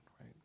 right